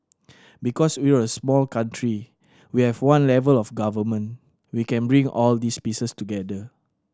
because we're a small country we have one level of Government we can bring all these pieces together